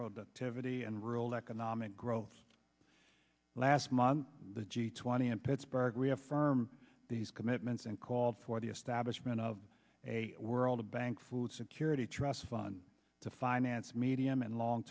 productivity and rural economic growth last month the g twenty in pittsburgh reaffirm these commitments and called for the establishment of a world bank food security trust fund to finance medium and long